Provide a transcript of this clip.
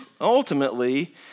ultimately